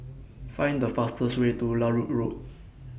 Find The fastest Way to Larut Road